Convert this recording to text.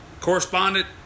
Correspondent